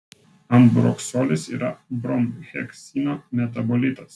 ambroksolis yra bromheksino metabolitas